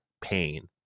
pain